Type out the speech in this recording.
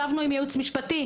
ישבנו עם ייעוץ משפטי.